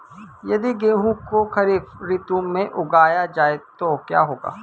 यदि गेहूँ को खरीफ ऋतु में उगाया जाए तो क्या होगा?